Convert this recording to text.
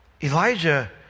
Elijah